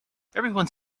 everyone